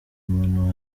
umuntu